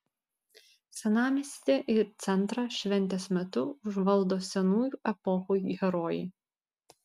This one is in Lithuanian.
senamiestį ir centrą šventės metu užvaldo senųjų epochų herojai